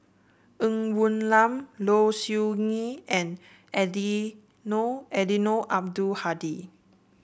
Ng Woon Lam Low Siew Nghee and Eddino Eddino Abdul Hadi